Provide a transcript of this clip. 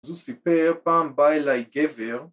אז הוא סיפר פעם באה אליי גבר